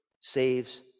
saves